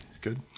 Good